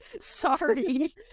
sorry